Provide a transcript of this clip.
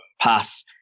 pass